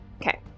Okay